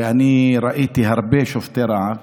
ואני ראיתי הרבה שובתי רעב,